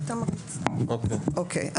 אוקיי.